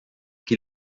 que